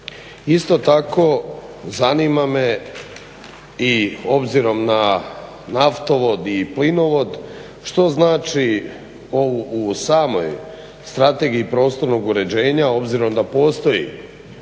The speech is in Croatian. Isto tako zanima me i obzirom na naftovod i plinovod što znači u samoj Strategiji prostornog uređenja obzirom da postoji